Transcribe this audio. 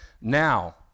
Now